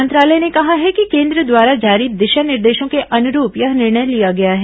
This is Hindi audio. मंत्रालय ने कहा है कि कोन्द्र द्वारा जारी दिशा निर्देशों के अनुरूप यह निर्णय लिया गया है